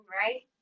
right